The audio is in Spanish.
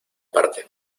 parte